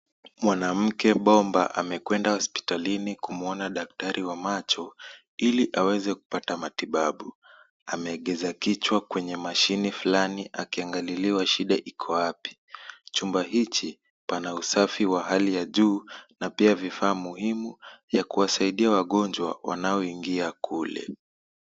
Mwanamke bomba amekwenda hosipitalini kumuona daktari wa macho ili aweze kupata matibabu. Ameegeza kichwa kwenye mashini fulani akiangaliliwa shida iko wapi. Chumba hiki pana usafi wa hali ya juu na pia vifaa muhimu vya kuwasaidia wagonjwa wanao ingia kule.